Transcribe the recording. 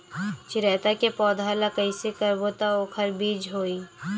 चिरैता के पौधा ल कइसे करबो त ओखर बीज होई?